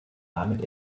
damit